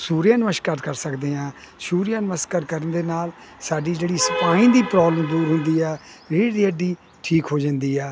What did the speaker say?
ਸੂਰਿਆ ਨਮਸਕਾਰ ਕਰ ਸਕਦੇ ਹਾਂ ਸ਼ੂਰਿਆ ਨਮਸਕਾਰ ਕਰਨ ਦੇ ਨਾਲ ਸਾਡੀ ਜਿਹੜੀ ਸਪਾਈਨ ਦੀ ਪ੍ਰੋਬਲਮ ਦੂਰ ਹੁੰਦੀ ਆ ਰੀਡ ਦੀ ਠੀਕ ਹੋ ਜਾਂਦੀ ਆ